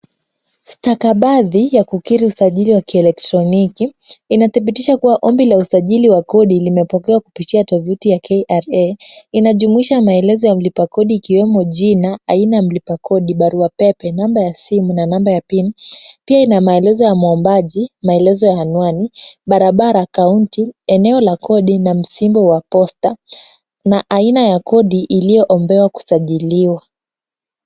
Stakabadhi ya kukiri usajili wa kielektroniki, inadhibitisha kuwa ombi la usajili wa kodi limepokewa kupitia tovuti ya KRA. Inajumuisha maelezo ya mlipa kodi ikiwemo jina, aina ya mlipa kodi, barua pepe, namba ya simu na namba ya pin . Pia ina maelezo ya mwombaji, maelezo ya anwani, barabara, kaunti, eneo la kodi na msimbo wa posta na aina ya kodi iliyoombewa kusajiliwa.